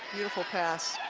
beautiful pass.